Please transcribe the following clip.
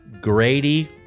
Grady